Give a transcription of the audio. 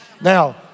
Now